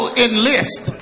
enlist